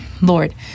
Lord